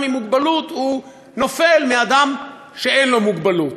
עם מוגבלות נופל מאדם שאין לו מוגבלות.